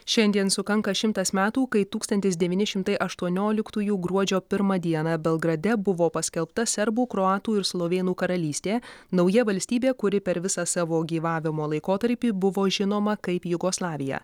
šiandien sukanka šimtas metų kai tūkstantis devyni šimtai aštuonioliktųjų gruodžio pirmą dieną belgrade buvo paskelbta serbų kroatų ir slovėnų karalystė nauja valstybė kuri per visą savo gyvavimo laikotarpį buvo žinoma kaip jugoslavija